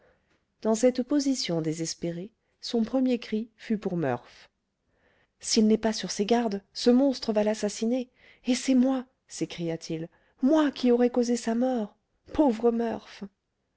dans cette position désespérée son premier cri fut pour murph s'il n'est pas sur ses gardes ce monstre va l'assassiner et c'est moi s'écria-t-il moi qui aurai causé sa mort pauvre